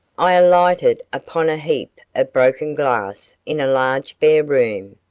i alighted upon a heap of broken glass in a large bare room.